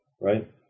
right